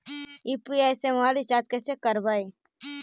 UPI से mobile recharge कैसे करबइ?